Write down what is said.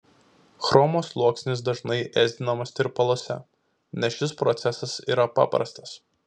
chromo sluoksnis dažnai ėsdinamas tirpaluose nes šis procesas yra paprastas